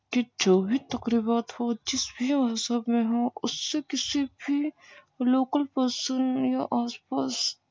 کہ جو بھی تقریبات ہوں جس بھی مذہب میں ہوں اس سے کسی بھی لوکل پرسن یا آس پاس